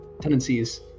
tendencies